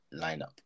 lineup